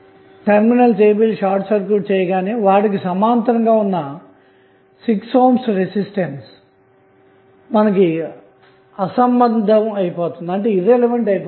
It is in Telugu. టెర్మినల్ a b లు షార్ట్ సర్క్యూట్ చేయగానే వాటికి సమాంతరంగా ఉన్న 6 ohm రెసిస్టన్స్ అసంబద్ధం అయిపోతుంది